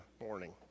morning